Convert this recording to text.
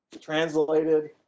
translated